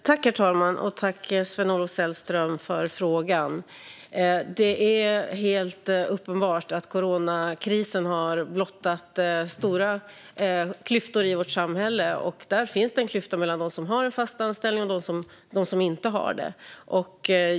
Herr talman! Tack, Sven-Olof Sällström, för frågan! Det är helt uppenbart att coronakrisen har blottat stora klyftor i vårt samhälle. Det finns en klyfta mellan dem som har en fast anställning och dem som inte har det.